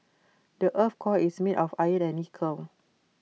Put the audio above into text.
the Earth's core is made of iron and nickel